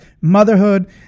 motherhood